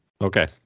Okay